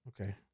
Okay